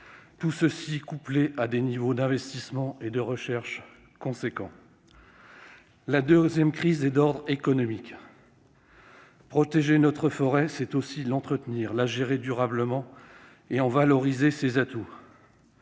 long terme, couplée à des niveaux d'investissements et de recherches importants. La deuxième crise est d'ordre économique. Protéger notre forêt, c'est aussi l'entretenir, la gérer durablement et en valoriser les atouts.